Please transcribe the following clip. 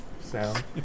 sound